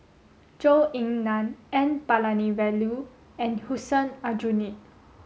Zhou Ying Nan N Palanivelu and Hussein Aljunied